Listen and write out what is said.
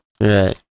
Right